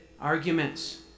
arguments